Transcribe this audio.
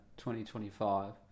2025